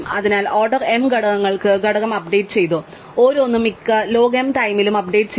അതിനാൽ order m ഘടകങ്ങൾക്ക് ഘടകം അപ്ഡേറ്റുചെയ്തു ഓരോന്നും മിക്ക ലോഗ് m ടൈമിലും അപ്ഡേറ്റുചെയ്തു